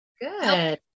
Good